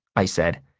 i said.